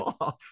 off